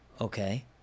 Okay